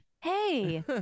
hey